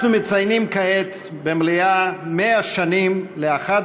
אנחנו מציינים כעת במליאה 100 שנים לאחד